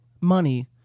money